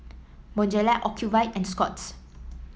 Bonjela Ocuvite and Scott's